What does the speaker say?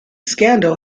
scandal